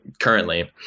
currently